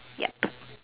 ya